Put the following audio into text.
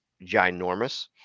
ginormous